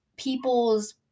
people's